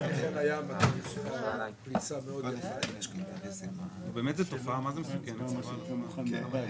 בית עלמין ברקת אמור לתת מענה אזורי.